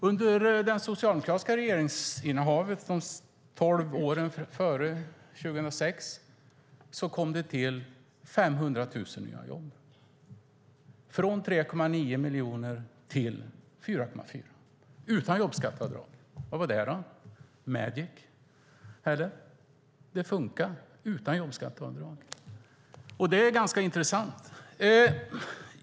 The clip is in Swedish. Under det socialdemokratiska regeringsinnehavet, de tolv åren före 2006, kom det till 500 000 nya jobb, en ökning från 3,9 miljoner till 4,4 miljoner - utan jobbskatteavdrag. Vad var det då? Magic, eller? Det funkade utan jobbskatteavdrag, och det är ganska intressant.